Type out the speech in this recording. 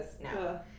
no